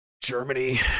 Germany